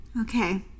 Okay